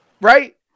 Right